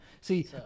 See